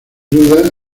duda